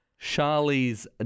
charlie's